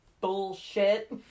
bullshit